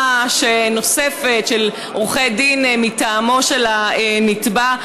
נוספת של עורכי דין מטעמו של הנתבע,